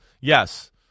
Yes